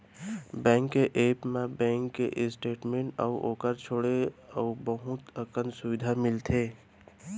bank के app म bank के स्टेट मेंट अउ ओकर छोंड़े अउ बहुत अकन सुबिधा मिलथे